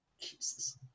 Jesus